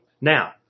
Now